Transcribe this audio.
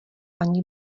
ani